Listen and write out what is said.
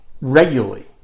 regularly